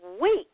week